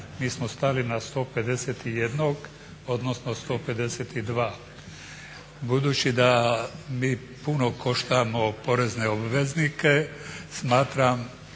Mi smo stali 151, odnosno 152. Budući da mi puno koštamo porezne obveznike smatram